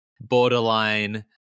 borderline